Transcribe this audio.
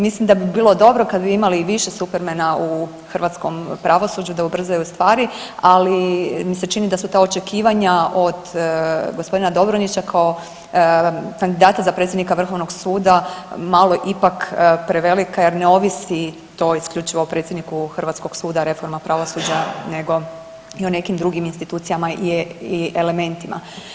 Mislim da bi bilo dobro kad bi imali više Supermana u hrvatskom pravosuđu da ubrzaju stvari, ali mi se čini da su ta očekivanja od g. Dobronića kao kandidata za predsjednika Vrhovnog suda malo ipak prevelika jer ne ovisi to isključivo o predsjedniku hrvatskog suda reforma pravosuđa nego i o nekim drugim institucijama i elementima.